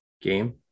game